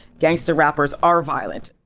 gangsta rappers are violent